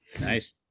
nice